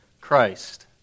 Christ